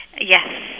Yes